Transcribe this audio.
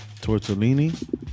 Tortellini